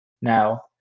now